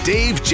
Dave